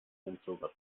mensogas